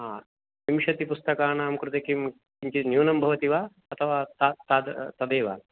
आ विंशति पुस्तकानां कृते किं किञ्चित् न्यूनं भवति वा अथवा ता ताद् तदेव